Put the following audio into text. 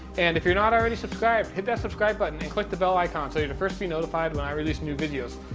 and if you're not already subscribed, hit that subscribe button and click the bell icon so you're the first be notified when i release new videos.